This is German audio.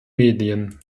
medien